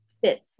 fits